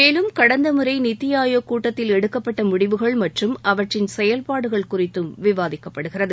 மேலும் கடந்த முறை நித்தி ஆயோக் கூட்டத்தில் எடுக்கப்பட்ட முடிவுகள் மற்றும் அவற்றின் செயல்பாடுகள் குறித்தும் விவாதிக்கப்படுகிறது